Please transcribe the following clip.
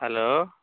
hello